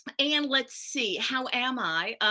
and let's see. how am i?